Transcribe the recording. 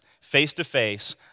face-to-face